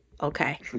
Okay